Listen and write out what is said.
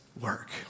work